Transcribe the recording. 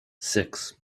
six